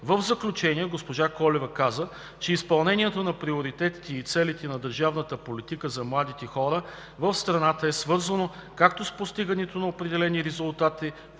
В заключение госпожа Колева каза, че изпълнението на приоритетите и целите на държавната политика за младите хора в страната е свързано, както с постигането на определени резултати